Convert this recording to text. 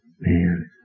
man